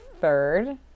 Third